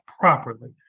properly